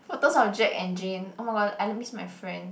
photos of Jack and Jane oh-my-god I like miss my friend